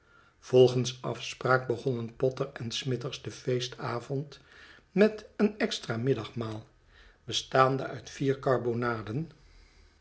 volgens afspraak begonnen potter en smithers den feestavond met een extra middagmaal bestaande uit vier karbonaden